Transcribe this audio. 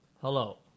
Hello